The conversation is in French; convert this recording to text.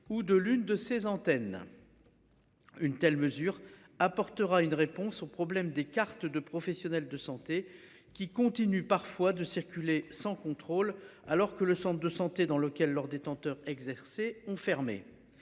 ou de l'une de ses antennes. Une telle mesure apportera une réponse au problème des cartes de professionnels de santé qui continue parfois de circuler sans contrôle alors que le Centre de santé dans lequel leurs détenteurs exercer ont fermé.